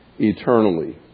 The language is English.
eternally